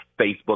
Facebook